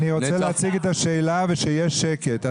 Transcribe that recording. אני רוצה להציג את השאלה ושיהיה שקט.